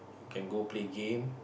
can go play game